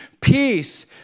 peace